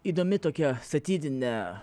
įdomi tokia satyrinė